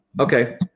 Okay